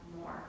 more